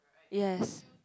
yes